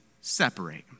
separate